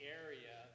area